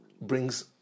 brings